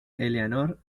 eleanor